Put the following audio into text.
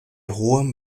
hohem